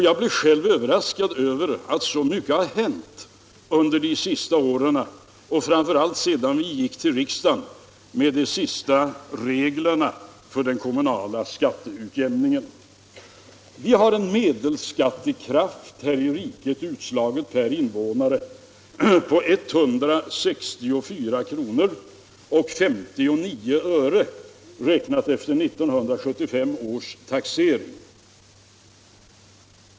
Jag blev själv överraskad över att så mycket hade hänt under de senaste åren, framför allt sedan vi förelade riksdagen de senaste förslagen till regler för den kommunala skatteutjämningen. Vi har en medelskattekraft här i riket som utslagen per invånare är 164 kr. 59 öre, räknat efter 1975 års taxering.